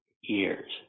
years